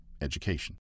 education